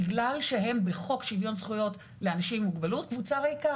בגלל שהן בחוק שיוויון זכויות לאנשים עם מוגבלות קבוצה ריקה.